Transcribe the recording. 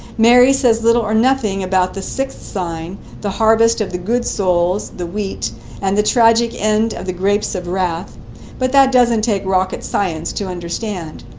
mary says little or nothing about the sixth sign the harvest of the good souls, the wheat and the tragic end of the grapes of wrath but that doesn't take rocket science to understand.